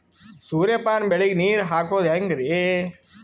ಸೂರ್ಯಪಾನ ಬೆಳಿಗ ನೀರ್ ಹಾಕೋದ ಹೆಂಗರಿ?